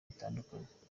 bitandukanye